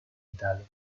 italia